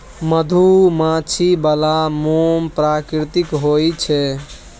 मधुमाछी बला मोम प्राकृतिक होए छै